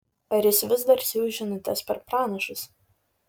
ar jis vis dar siųs žinutes per pranašus